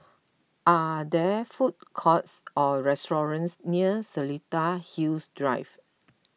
are there food courts or restaurants near Seletar Hills Drive